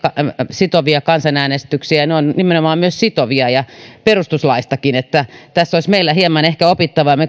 sitovia kansanäänestyksiä ne ovat nimenomaan myös sitovia perustuslaistakin tässä olisi meillä hieman ehkä opittavaa me